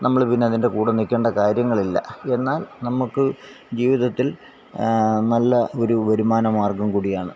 നമ്മൾ പിന്നെ അതിൻ്റെ കൂടെ നിൽക്കേണ്ട കാര്യങ്ങളില്ല എന്നാൽ നമ്മൾക്ക് ജീവിതത്തിൽ നല്ല ഒരു വരുമാനമാർഗ്ഗം കൂടിയാണ്